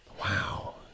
Wow